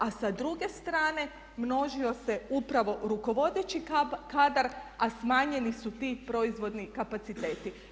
A sa druge strane množio se upravo rukovodeći kadar, a smanjeni su ti proizvodni kapaciteti.